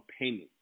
payment